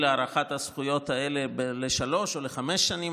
להארכת הזכויות האלה בשלוש או חמש שנים,